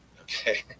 Okay